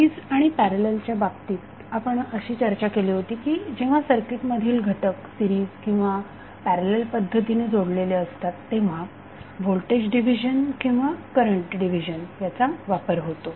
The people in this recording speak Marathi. सिरीज आणि पॅरललच्या बाबतीत आपण अशी चर्चा केली होती की जेव्हा सर्किट मधील घटक सिरीज किंवा पॅरलल पद्धतीने जोडलेले असतात तेव्हा व्होल्टेज डिव्हिजन किंवा करंट डिव्हिजन याचा वापर होतो